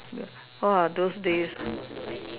!wah! those days